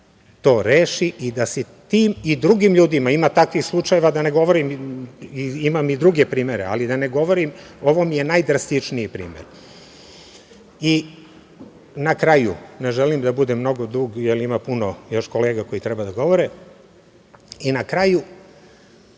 to reši i da se tim i drugim ljudima, ima takvih slučajeva da ne govorim, imam i druge primere, ali da ne govorim, ovo mi je najdrastičniji primer. Ne želim da budem mnogo dug, jer ima još puno kolega koji treba da govore. I, na kraju,